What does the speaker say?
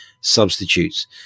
substitutes